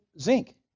zinc